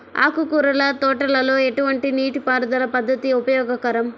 ఆకుకూరల తోటలలో ఎటువంటి నీటిపారుదల పద్దతి ఉపయోగకరం?